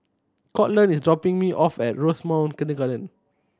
Courtland is dropping me off at Rosemount Kindergarten